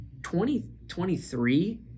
2023